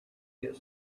get